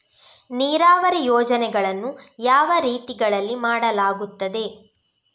ನೀರಾವರಿ ಯೋಜನೆಗಳನ್ನು ಯಾವ ರೀತಿಗಳಲ್ಲಿ ಮಾಡಲಾಗುತ್ತದೆ?